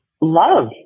love